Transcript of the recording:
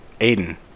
Aiden